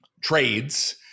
trades